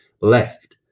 left